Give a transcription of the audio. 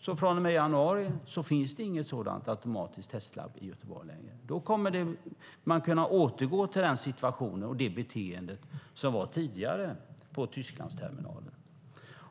så från och med januari finns det inget automatiskt testlab i Göteborg längre. Då kommer man att kunna återgå till den situation och det beteende som var tidigare på Tysklandsterminalen.